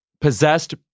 possessed